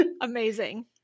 Amazing